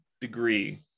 degree